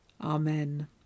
Amen